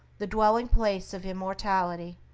the dwelling-place of immortality.